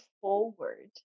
forward